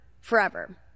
forever